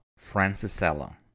Francisella